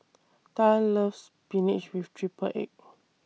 Tal loves Spinach with Triple Egg